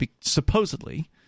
supposedly